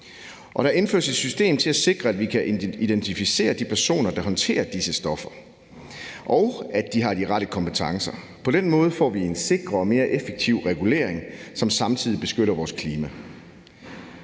der indføres et system til at sikre, at vi kan identificere de personer, der håndterer disse stoffer, og at de har de rette kompetencer. På den måde får vi en sikrere og mere effektiv regulering, som samtidig beskytter vores klima.